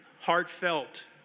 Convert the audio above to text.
heartfelt